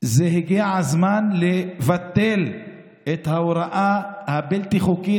הגיע הזמן לבטל את ההוראה הבלתי-חוקית,